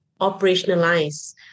operationalize